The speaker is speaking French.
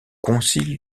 concile